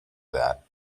that